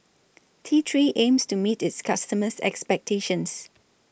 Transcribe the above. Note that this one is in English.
T three aims to meet its customers' expectations